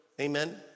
Amen